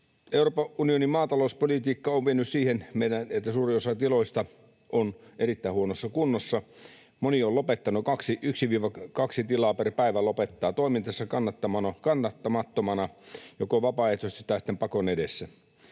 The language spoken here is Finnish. Euroopan unionin maatalouspolitiikka on mennyt meillä siihen, että suurin osa tiloista on erittäin huonossa kunnossa. Moni on lopettanut: 1—2 tilaa per päivä lopettaa toimintansa kannattamattomana joko vapaaehtoisesti tai sitten pakon edessä.